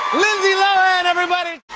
lindsay lohan, everybody.